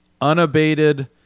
unabated